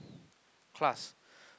class